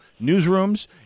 newsrooms